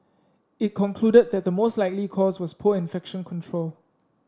it concluded that the most likely cause was poor infection control